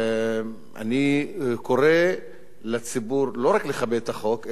אני קורא לציבור לא רק לכבד את החוק,